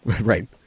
Right